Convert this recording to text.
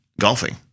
golfing